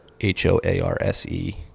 H-O-A-R-S-E